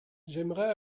j’aimerais